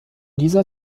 dieser